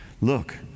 Look